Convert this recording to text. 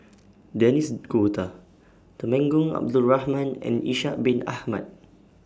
Denis D'Cotta Temenggong Abdul Rahman and Ishak Bin Ahmad